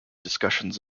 discussions